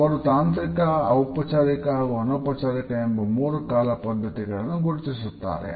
ಅವರು ತಾಂತ್ರಿಕ ಔಪಚಾರಿಕ ಮತ್ತು ಅನೌಪಚಾರಿಕ ಎಂಬ 3 ಕಾಲ ಪದ್ಧತಿಗಳನ್ನು ಗುರುತಿಸುತ್ತಾರೆ